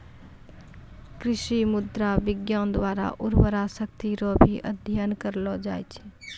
कृषि मृदा विज्ञान द्वारा उर्वरा शक्ति रो भी अध्ययन करलो जाय छै